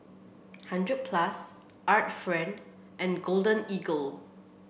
Hundred Plus Art Friend and Golden Eagle